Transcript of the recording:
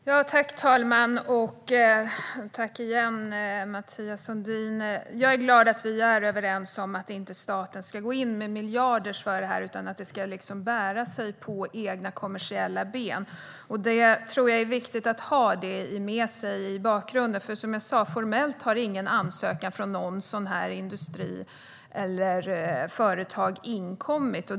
Herr talman! Jag är glad att vi är överens om att staten inte ska gå in med miljardinvesteringar i detta. Det ska bära sig på egna kommersiella ben. Jag tror att det är viktigt att ha detta med sig, eftersom ingen formell ansökan från några sådana industrier eller företag inkommit.